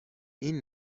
این